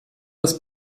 das